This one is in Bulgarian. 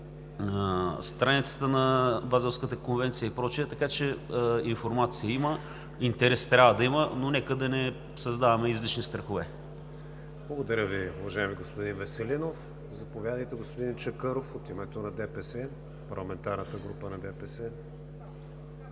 страницата на Базелската конвенция, и прочее, така че информация има. Интерес трябва да има, но нека да не създаваме излишни страхове. ПРЕДСЕДАТЕЛ КРИСТИАН ВИГЕНИН: Благодаря Ви, уважаеми господин Веселинов. Заповядайте, господин Чакъров, от името на парламентарната група на ДПС.